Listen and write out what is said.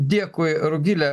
dėkui rugile